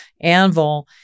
anvil